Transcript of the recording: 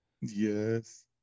Yes